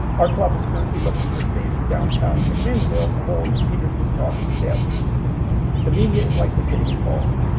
our club is currently looking for space in downtown and mcminnville to hold peterson's talk instead. the media is likely getting involved.